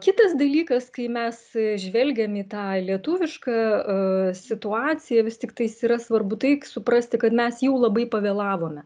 kitas dalykas kai mes žvelgiam į tą lietuvišką a situaciją vis tiktais yra svarbu tai suprasti kad mes jau labai pavėlavome